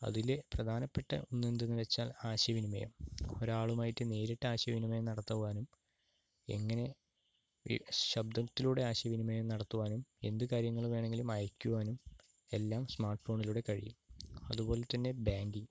അതിലെ പ്രധാനപ്പെട്ട എന്തെന്ന് വെച്ചാൽ ആശയവിനിമയം ഒരാളുമായിട്ട് നേരിട്ട് ആശയ വിനിമയം നടത്തുവാനും എങ്ങനെ ഈ ശബ്ദത്തിലൂടെ ആശയവിനിമയം നടത്തുവാനും എന്തു കാര്യങ്ങൾ വേണമെങ്കിലും അയക്കുവാനും എല്ലാം സ്മാർട്ട് ഫോണിലൂടെ കഴിയും അതുപോലെതന്നെ ബാങ്കിംഗ്